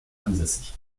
ansässig